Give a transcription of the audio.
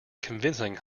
convincing